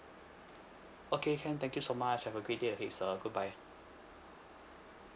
okay can thank you so much have a great day ahead sir good bye